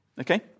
Okay